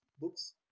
books